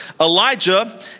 Elijah